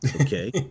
Okay